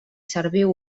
serviu